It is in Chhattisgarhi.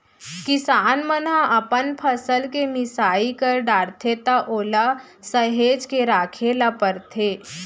किसान मन ह अपन फसल के मिसाई कर डारथे त ओला सहेज के राखे ल परथे